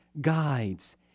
guides